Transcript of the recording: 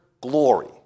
glory